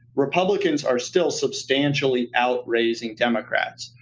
republicans are still substantially outraising democrats.